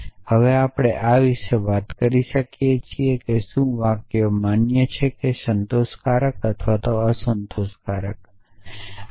અને હવે આપણે આ વિશે વાત કરી શકીએ કે શું વાક્યો માન્ય છે કે સંતોષકારક છે અથવા અસંતોષકારક છે